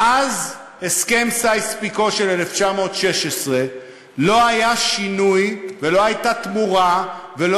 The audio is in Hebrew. מאז הסכם סייקס-פיקו של 1916 לא היה שינוי ולא הייתה תמורה ולא